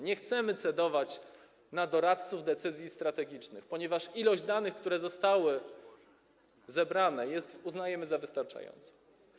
Nie chcemy cedować na doradców decyzji strategicznych, ponieważ ilość danych, które zostały zebrane, uznajemy za wystarczającą.